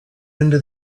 into